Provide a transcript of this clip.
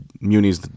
Muni's